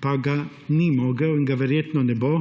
pa ga ni mogel. In ga verjetno ne bo,